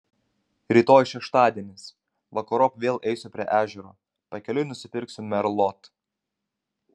rytoj šeštadienis vakarop vėl eisiu prie ežero pakeliui nusipirksiu merlot